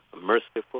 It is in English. merciful